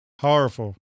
Powerful